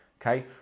okay